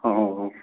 ꯑ ꯑꯧ ꯑꯧ